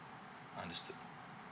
understood